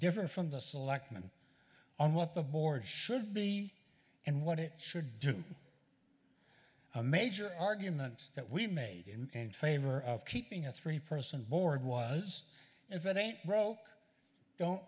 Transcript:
different from the selectmen on what the board should be and what it should do a major argument that we've made in favor of keeping a three person board was if it ain't broke don't